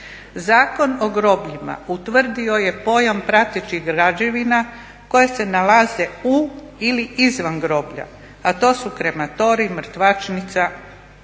Zakon o grobljima utvrdio je pojam pratećih građevina koje se nalaze u ili izvan groblja, a to su krematoriji, mrtvačnica, dvorana